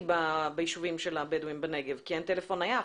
בישובים של הבדואים בנגב כי אין טלפון נייח.